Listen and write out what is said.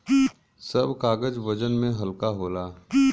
सब कागज वजन में हल्का होला